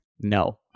no